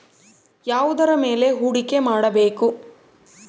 ಯಾವುದರ ಮೇಲೆ ಹೂಡಿಕೆ ಮಾಡಬೇಕು?